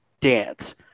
dance